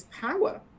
power